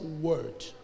word